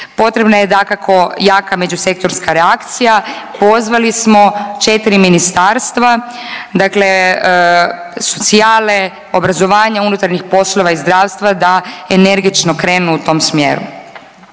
Potrebna je dakako jaka međusektorska reakcija. Pozvali smo 4 ministarstva. Dakle, socijale, obrazovanja, unutarnjih poslova i zdravstva da energično krenu u tom smjeru.